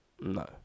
no